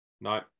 No